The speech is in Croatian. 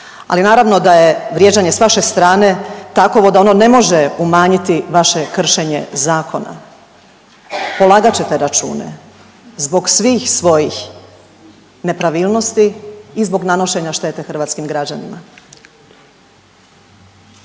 Ali naravno da je vrijeđanje sa vaše strane takovo da ono ne može umanjiti vaše kršenje zakona. Polagat ćete račune zbog svih svojih nepravilnosti i zbog nanošenja štete hrvatskim građanima.